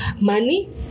money